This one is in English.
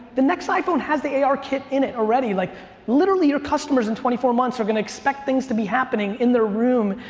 the next iphone has the ar kit in it already. like literally, your customers in twenty four months are gonna expect things to be happening in their room.